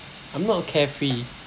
I'm not carefree